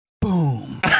Boom